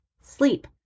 sleep